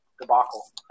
debacle